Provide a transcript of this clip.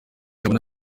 abona